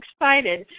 excited